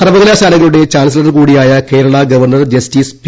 സർവ്വകലാശാലകളുടെ ചാൻസലർകൂടിയായ Kerala governor justice P